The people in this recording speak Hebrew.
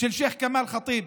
של שייח' כמאל ח'טיב,